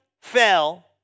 fell